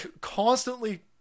constantly